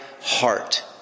heart